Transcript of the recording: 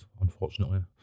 unfortunately